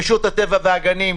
רשות הטבע והגנים,